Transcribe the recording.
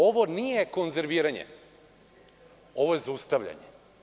Ovo nije konzerviranje, ovo je zaustavljanje.